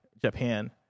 Japan